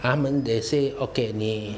啊他们 they say okay 你